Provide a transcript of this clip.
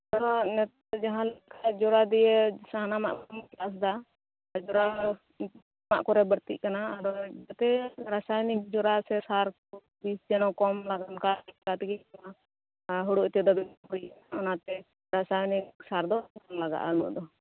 ᱟᱨᱚ ᱱᱮᱛᱟᱨ ᱡᱟᱦᱟᱸ ᱞᱮᱠᱟ ᱡᱚᱨᱟ ᱫᱤᱭᱮ ᱥᱟᱱᱟᱢᱟᱜ ᱠᱚ ᱪᱟᱥ ᱫᱟ ᱡᱚᱨᱟ ᱮᱢᱟᱜ ᱠᱚᱨᱮ ᱵᱟᱲᱛᱤᱜ ᱠᱟᱱᱟ ᱟᱨᱚ ᱡᱟᱛᱮ ᱨᱟᱥᱟᱭᱚᱱᱤᱠ ᱡᱚᱨᱟ ᱥᱮ ᱥᱟᱨ ᱠᱚ ᱵᱤᱥ ᱡᱮᱱᱚ ᱠᱚᱢ ᱞᱟᱜᱟᱜ ᱚᱱᱠᱟ ᱚᱱᱠᱟᱛᱮᱜᱮ ᱚᱱᱟ ᱦᱩᱲᱩ ᱤᱛᱟᱹ ᱫᱚ ᱚᱱᱟᱛᱮ ᱨᱟᱥᱟᱭᱚᱱᱤᱠ ᱥᱟᱨ ᱫᱚ ᱞᱟᱜᱟᱜᱼᱟ ᱩᱱᱟᱹᱜ ᱫᱚ